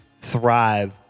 thrive